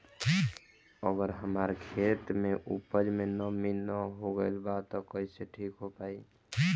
अगर हमार खेत में उपज में नमी न हो गइल बा त कइसे ठीक हो पाई?